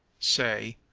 say,